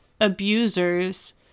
abusers